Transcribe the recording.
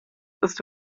ist